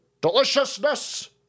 Deliciousness